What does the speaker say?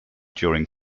during